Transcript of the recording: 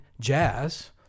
jazz